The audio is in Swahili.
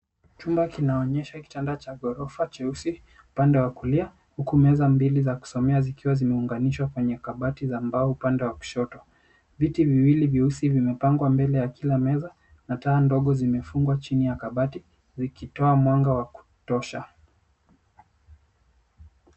Chumba kinaonyesha kitanda cha gorofa cheusi upande wa kulia huku meza mbili za kusomea zikiwa zimeunganishwa kwenye kabati la mbao upande wa kushoto. Viti viwili vyeusi vimepangwa mbele ya kila meza na taa ndogo zimefungwa chini ya kabati zikitoa mwanga wa kutosha.